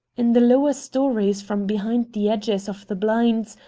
in the lower stories, from behind the edges of the blinds,